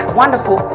wonderful